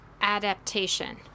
adaptation